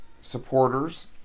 supporters